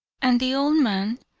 and the old man,